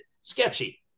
sketchy